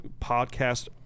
podcast